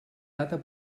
data